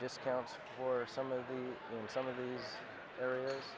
discounts for some of the some of these areas